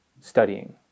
studying